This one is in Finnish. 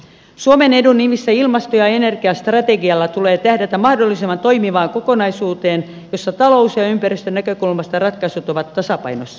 suomen edun nimissä ilmasto ja energiastrategialla tulee tähdätä mahdollisimman toimivaan kokonaisuuteen jossa talous ja ympäristönäkökulmasta ratkaisut ovat tasapainossa